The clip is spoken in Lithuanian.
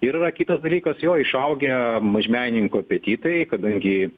ir yra kitas dalykas jo išaugę mažmenininkų apetitai kadangi